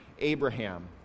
Abraham